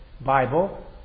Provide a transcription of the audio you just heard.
Bible